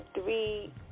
three